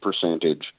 percentage